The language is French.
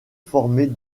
formée